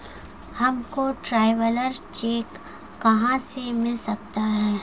हमको traveller cheque कहाँ से मिल सकता है?